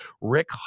Rick